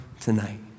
tonight